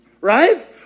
right